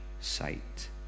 sight